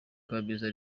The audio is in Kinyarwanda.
kabeza